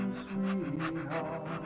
sweetheart